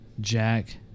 Jack